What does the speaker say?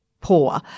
poor